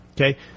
Okay